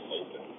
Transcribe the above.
open